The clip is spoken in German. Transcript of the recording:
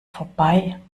vorbei